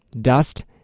dust